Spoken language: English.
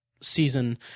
season